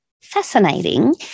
fascinating